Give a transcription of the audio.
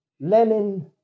Lenin